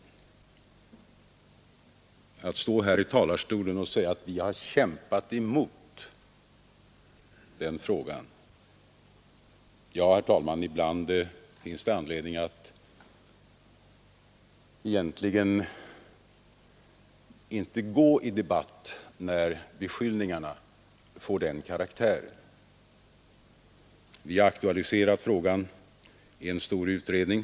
Med anledning av herr Gustavssons påstående att vi socialdemokrater har kämpat emot vill jag säga, att det finns ibland skäl att inte gå i debatt när beskyllningarna får den karaktären. Vi har aktualiserat frågan i en stor utredning.